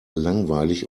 langweilig